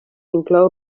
inclou